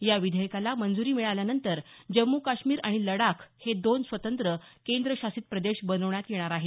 या विधेयकाला मंजुरी मिळाल्यानंतर जम्मू काश्मीर आणि लडाख हे दोन स्वतंत्र केंद्रशासित प्रदेश बनवण्यात येणार आहेत